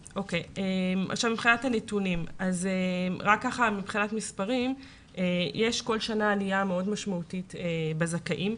מבחינת נתונים יש כל שנה עלייה מאוד משמעותית בזכאים.